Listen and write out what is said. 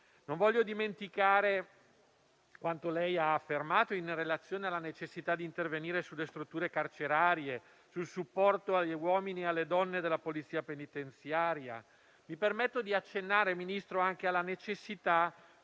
Non voglio dimenticare quanto lei ha affermato in relazione alla necessità di intervenire sulle strutture carcerarie, sul supporto agli uomini e alle donne della Polizia penitenziaria. Mi permetto di accennare, Ministro, anche alla necessità